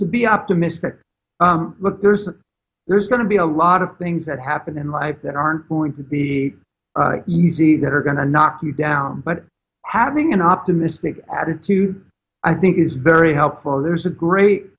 to be optimistic but there's a there's going to be a lot of things that happen in life that aren't going to be easy that are going to knock you down but having an optimistic attitude i think is very helpful and there's a great